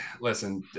Listen